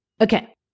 Okay